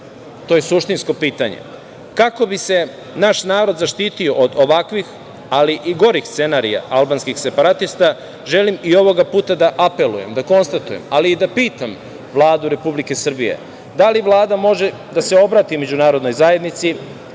To je suštinsko pitanje. Kako bi se naš narod zaštitio od ovakvih, ali i gorih scenarija albanskih separatista? Želim i ovog puta da apelujem, da konstatujem ali i da pitam Vladu Republike Srbije, da li Vlada može da se obrati međunarodnoj zajednici,